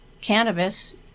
cannabis